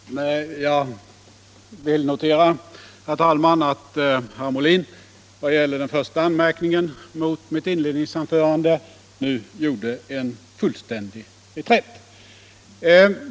Herr talman! Jag vill notera att herr Molin vad gäller den första anmärkningen mot mitt inledningsanförande nu gjorde en fullständig reträtt.